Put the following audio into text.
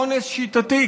כולל אונס שיטתי,